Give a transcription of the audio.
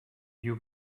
you